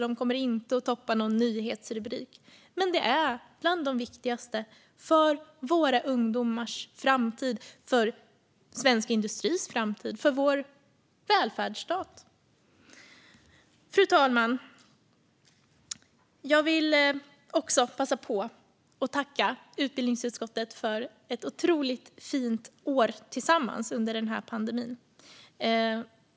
De kommer inte att toppa nyhetsrubrikerna, men de är bland de viktigaste för våra ungdomars framtid, för svensk industris framtid och för vår välfärdsstat. Fru talman! Jag vill också passa på att tacka utbildningsutskottet för ett otroligt fint år tillsammans under den här pandemin.